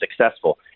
successful